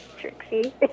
Trixie